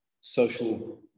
social